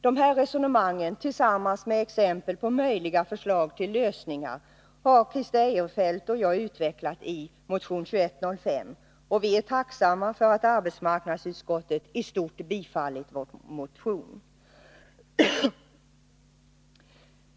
De här resonemangen tillsammans med exempel på möjliga förslag till lösningar har Christer Eirefelt och jag utvecklat i motion 2105, och vi är tacksamma för att arbetsmarknadsutskottet i stort tillstyrkt vår motion.